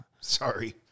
Sorry